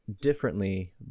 differently